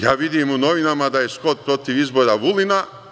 Ja vidim u novinama da je Skot protiv izbora Vulina.